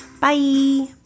Bye